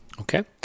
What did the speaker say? Okay